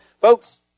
Folks